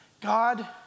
God